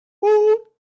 woot